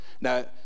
Now